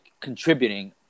contributing